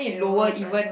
lower front